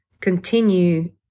continue